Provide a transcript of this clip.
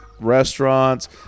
restaurants